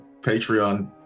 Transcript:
Patreon